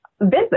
visit